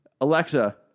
Alexa